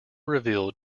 revealed